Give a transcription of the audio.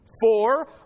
Four